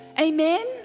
Amen